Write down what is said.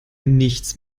nichts